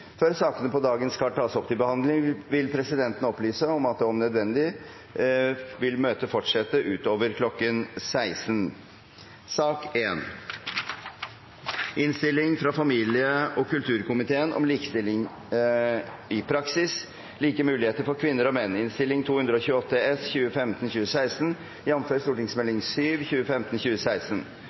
Før sakene på dagens kart tas opp til behandling, vil presidenten opplyse om at møtet om nødvendig fortsetter utover kl. 16. Etter ønske fra familie- og kulturkomiteen vil presidenten foreslå at debatten blir begrenset til 1 time og